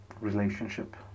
relationship